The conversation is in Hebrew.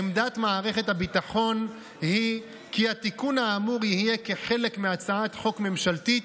עמדת מערכת הביטחון היא כי התיקון האמור יהיה חלק מהצעת חוק ממשלתית,